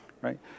right